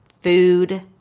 Food